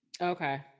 Okay